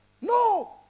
No